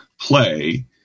play